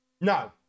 No